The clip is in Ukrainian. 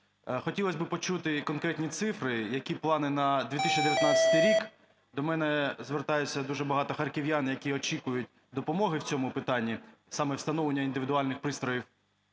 Хотілось би почути конкретні цифри, які плани на 2019 рік? До мене звертаються дуже багато харків'ян, які очікують допомоги в цьому питанні: саме встановлення індивідуальних пристроїв